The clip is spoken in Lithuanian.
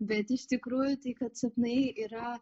bet iš tikrųjų tai kad sapnai yra